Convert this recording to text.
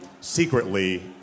secretly